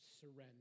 surrender